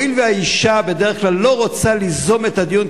והואיל והאשה בדרך כלל לא רוצה ליזום את הדיון